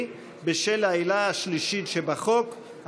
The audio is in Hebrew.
לחבר הכנסת חיים כץ לפי העילה השלישית נתקבלה.